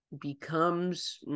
becomes –